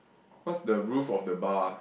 what's the roof of the bar